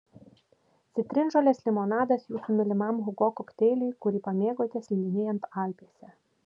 citrinžolės limonadas jūsų mylimam hugo kokteiliui kurį pamėgote slidinėjant alpėse